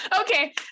okay